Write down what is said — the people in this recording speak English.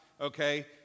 okay